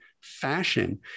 fashion